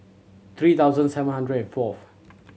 three thousand seven hundred and fourth